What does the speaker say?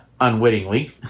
unwittingly